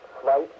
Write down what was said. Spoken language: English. Flight